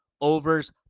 Overs